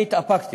אני התאפקתי.